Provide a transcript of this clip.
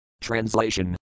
Translation